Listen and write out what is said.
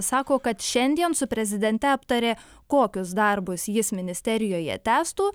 sako kad šiandien su prezidente aptarė kokius darbus jis ministerijoje tęstų